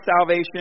salvation